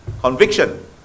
conviction